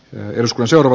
myrskyn seura